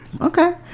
Okay